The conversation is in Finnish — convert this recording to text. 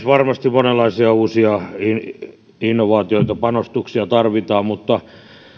varmasti monenlaisia uusia innovaatioita panostuksia tarvitaan mutta